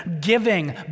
giving